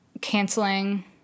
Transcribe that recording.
canceling